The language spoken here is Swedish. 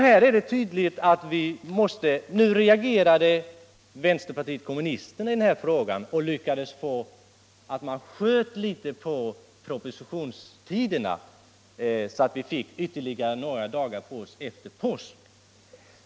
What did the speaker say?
Vänsterpartiet kommunisterna reagerade i den här frågan och lyckades uppnå att man sköt litet på motionstiderna så att vi fick ytterligare några dagar på oss efter påsk.